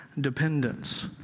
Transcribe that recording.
dependence